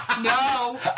no